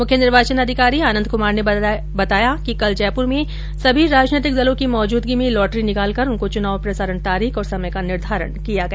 मुख्य निर्वाचन अधिकारी आनंद कुमार ने बताया कि कल जयपुर में सभी राजनैतिक दलों की मौजूदगी में लॉटरी निकालकर उनको चु्नाव प्रसारण तारीख और समय का निर्धारण किया गया